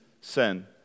sin